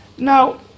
Now